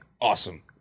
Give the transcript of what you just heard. awesome